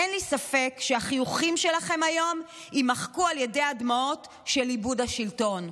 אין לי ספק שהחיוכים שלכם היום יימחקו על ידי הדמעות של איבוד השלטון.